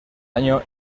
año